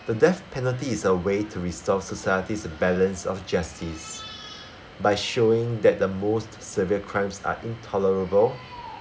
the death penalty is a way to restore society's balance of justice by showing that the most severe crimes are intolerable